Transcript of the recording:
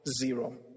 zero